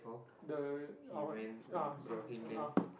the ah ah